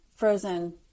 frozen